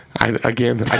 Again